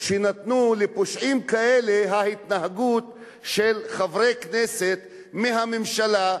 שנתנה לפושעים כאלה ההתנהגות של חברי הכנסת מהממשלה,